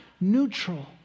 neutral